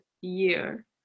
year